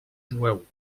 jueu